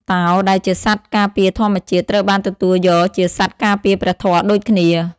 តោ ដែលជាសត្វការពារធម្មជាតិ ត្រូវបានទទួលយកជាសត្វការពារព្រះធម៌ដូចគ្នា។